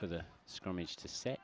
for the scrimmage to s